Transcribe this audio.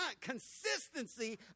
consistency